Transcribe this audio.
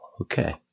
okay